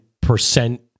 percent